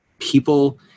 people